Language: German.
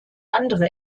andere